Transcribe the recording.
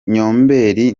nyombeli